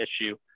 issue